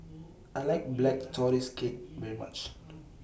I like Black Tortoise Cake very much